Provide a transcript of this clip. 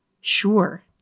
sure